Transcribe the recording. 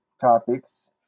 topics